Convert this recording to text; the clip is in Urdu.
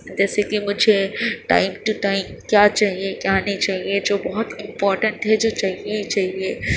جیسے کہ مجھے ٹائم ٹو ٹائم کیا چاہیے کیا نہیں چاہیے جو بہت امپورٹنٹ ہے جو چاہیے ہی چاہیے